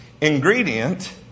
ingredient